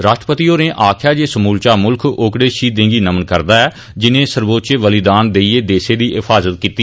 राष्ट्रपति होरें आखेआ जे समूलचा मुल्ख ओकड़े शहीदें गी नमन करदा ऐ जिनें सर्वोच्च बलिदान देइयै देसै दी हिफाजत कीती